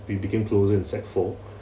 we became closer in sec four